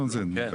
כן,